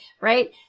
right